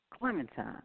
clementine